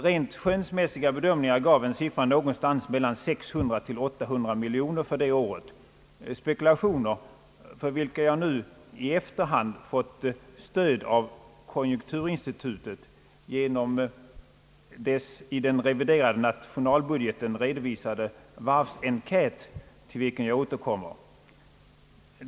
Rent skönsmässiga bedömningar gav en siffra någonstans mellan 600 och 800 miljoner kronor för det året, spekulationer för vilka jag nu i efterhand fått stöd av konjunkturinstitutet genom dess i den reviderade nationalbudgeten redovisade varvsenkät, till vilken jag återkommer.